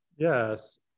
Yes